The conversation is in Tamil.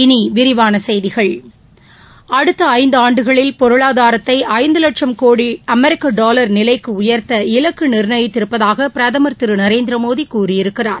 இனி விரிவான செய்திகள் அடுத்த ஐந்தாண்டுகளில் பொருளாதாரத்தை ஐந்து லட்சும் கோடி அமெரிகன் டாலர் நிலைக்கு உயர்த்த இலக்கு நிர்ணயித்திருப்பதாக பிரதமர் திரு நரேந்திர மோடி கூறியிருக்கிறார்